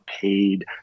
paid